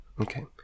Okay